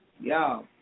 y'all